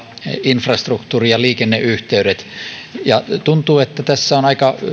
infrastruktuuri ja liikenneyhteydet tuntuu että tässä on aika